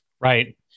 Right